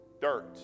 dirt